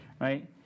right